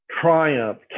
triumph